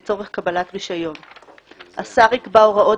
לצורך קבלת רישיון 6. השר יקבע הוראות